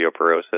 osteoporosis